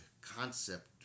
concept